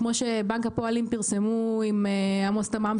שכמו שבנק הפועלים פרסמו עם עמוס תמם,